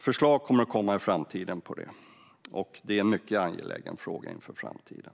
Förslag om detta kommer i framtiden, och det är en mycket angelägen fråga inför framtiden.